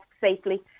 safely